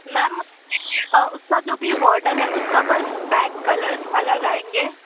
ma'am उसका जो भी मॉडल है उसका बस बैक कलर्स अलग आएंगे